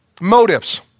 motives